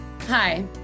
Hi